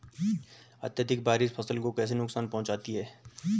अत्यधिक बारिश फसल को कैसे नुकसान पहुंचाती है?